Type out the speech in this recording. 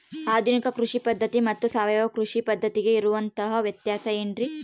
ಆಧುನಿಕ ಕೃಷಿ ಪದ್ಧತಿ ಮತ್ತು ಸಾವಯವ ಕೃಷಿ ಪದ್ಧತಿಗೆ ಇರುವಂತಂಹ ವ್ಯತ್ಯಾಸ ಏನ್ರಿ?